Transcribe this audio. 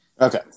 okay